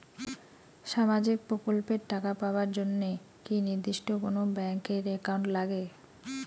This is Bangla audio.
সামাজিক প্রকল্পের টাকা পাবার জন্যে কি নির্দিষ্ট কোনো ব্যাংক এর একাউন্ট লাগে?